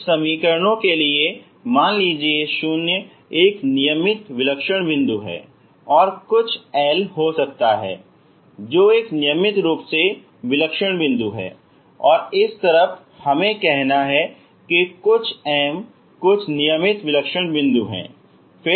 कुछ समीकरणों के लिए मान लीजिए शून्य एक नियमित विलक्षण बिंदु है और कुछ L हो सकता है जो एक नियमित रूप से विलक्षण बिंदु है और इस तरफ हमें कहना है कि कुछ M कुछ नियमित विलक्षण बिंदु है